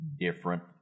different